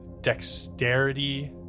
dexterity